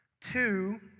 Two